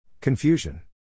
Confusion